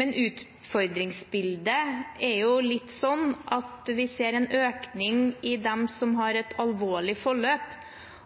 Men utfordringsbildet er jo litt slik at vi ser en økning blant dem som har et alvorlig forløp,